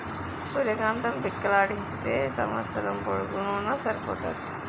సూర్య కాంతం పిక్కలాడించితే సంవస్సరం పొడుగునూన సరిపోతాది